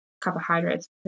carbohydrates